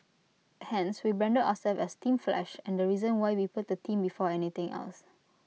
hence we branded ourselves as team flash and the reason why we put the team before anything else